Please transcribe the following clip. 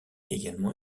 également